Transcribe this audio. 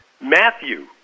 Matthew